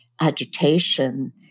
agitation